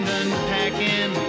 unpacking